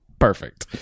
Perfect